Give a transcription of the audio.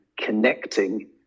connecting